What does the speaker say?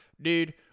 dude